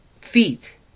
feet